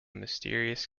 mysterious